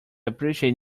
appreciate